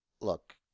look